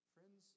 Friends